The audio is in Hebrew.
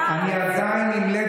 חברת הכנסת בן ארי,